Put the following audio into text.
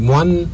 one